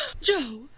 Joe